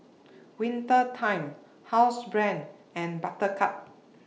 Winter Time Housebrand and Buttercup